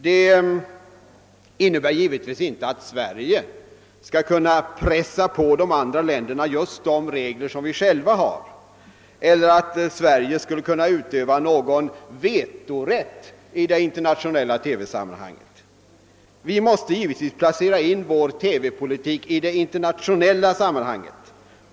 Det innebär givetvis inte att Sverige skall kunna pressa på de andra länderna just de regler som vi själva har eller att Sverige skulle kunna utöva någon vetorätt i det internationella TV sammanhangket. Vi måste givetvis placera in vår TV-politik i detta internationella sammanhang.